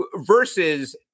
Versus